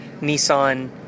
Nissan